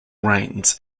rains